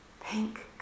pink